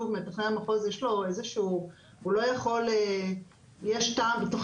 יש טעם בתוכנית